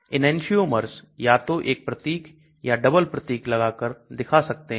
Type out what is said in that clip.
Enantiomers या तो एक प्रतीक या डबल प्रतीक लगाकर दिखा सकते हैं